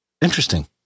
Interesting